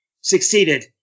succeeded